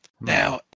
Now